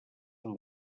del